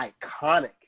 iconic